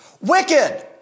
wicked